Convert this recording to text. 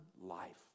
life